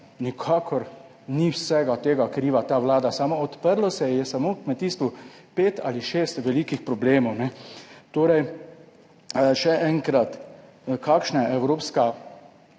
nikakor ni vsega tega kriva ta Vlada, samo odprlo se je samo kmetijstvu pet ali šest velikih problemov. Torej, še enkrat, kakšna je evropska